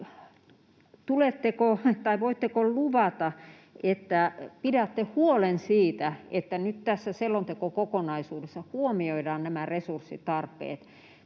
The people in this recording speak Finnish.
voitteko luvata, että pidätte huolen siitä, että nyt tässä selontekokokonaisuudessa huomioidaan nämä resurssitarpeet